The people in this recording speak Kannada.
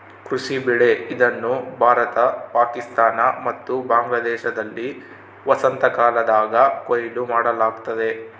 ಕೃಷಿ ಬೆಳೆ ಇದನ್ನು ಭಾರತ ಪಾಕಿಸ್ತಾನ ಮತ್ತು ಬಾಂಗ್ಲಾದೇಶದಲ್ಲಿ ವಸಂತಕಾಲದಾಗ ಕೊಯ್ಲು ಮಾಡಲಾಗ್ತತೆ